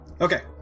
Okay